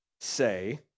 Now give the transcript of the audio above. say